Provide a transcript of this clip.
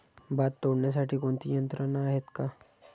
भात तोडण्यासाठी कोणती यंत्रणा आहेत का?